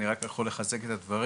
אני רק יכול לחזק את הדברים.